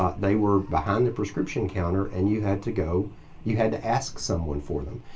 ah they were behind the prescription counter and you had to go you had to ask someone for them.